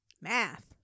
Math